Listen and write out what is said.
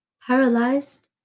paralyzed